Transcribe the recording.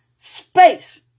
space